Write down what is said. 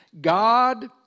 God